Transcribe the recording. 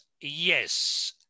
yes